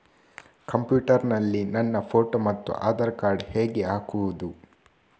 Computer ನಲ್ಲಿ ನನ್ನ photo ಮತ್ತು ಆಧಾರ್ ಕಾರ್ಡ್ ಹೇಗೆ ಹಾಕುವುದು?